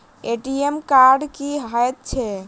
ATM card की हएत छै?